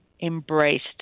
embraced